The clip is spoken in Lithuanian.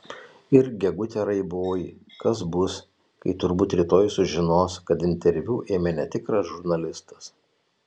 ir gegute raiboji kas bus kai turbūt rytoj sužinos kad interviu ėmė netikras žurnalistas